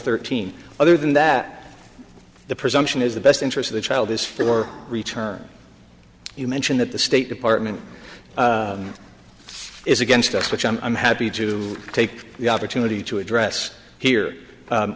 thirteen other than that the presumption is the best interest of the child is fair or return you mention that the state department is against us which i'm happy to take the opportunity to address here